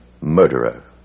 murderer